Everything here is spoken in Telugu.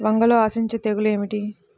వంగలో ఆశించు తెగులు ఏమిటి?